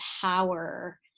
power